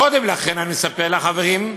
קודם לכן, אני מספר לחברים,